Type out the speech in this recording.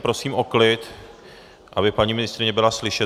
Prosím o klid, aby paní ministryně byla slyšet.